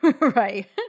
right